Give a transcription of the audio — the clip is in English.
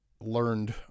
learned